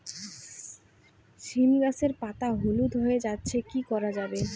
সীম গাছের পাতা হলুদ হয়ে যাচ্ছে কি করা যাবে?